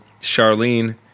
Charlene